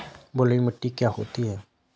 बलुइ मिट्टी क्या होती हैं?